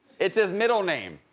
it's his middle name,